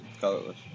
Colorless